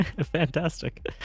Fantastic